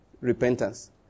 repentance